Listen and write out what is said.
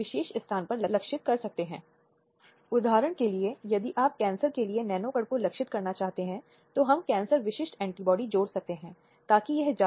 विशेष रूप से निर्भया बलात्कार की घटना बलात्कार और हत्या की घटनाओं के मद्देनजर जो देश में हुई थी